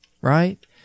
right